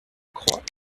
croient